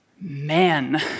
Man